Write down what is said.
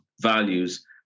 values